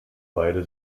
beide